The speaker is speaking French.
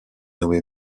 nommé